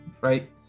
right